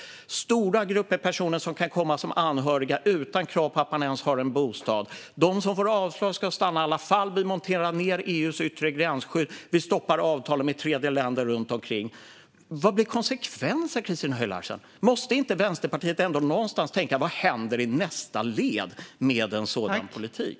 Och ska stora grupper av personer kunna komma som anhöriga utan krav på att ens ha en bostad? Om de som får avslag ska få stanna i alla fall, om vi monterar ned EU:s yttre gränsskydd och stoppar avtalet med tredjeländer runtomkring, vad blir då konsekvensen, Christina Höj Larsen? Måste inte Vänsterpartiet ändå tänka på vad som händer i nästa led med en sådan politik?